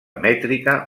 mètrica